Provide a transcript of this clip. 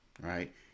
right